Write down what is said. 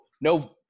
no